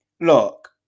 look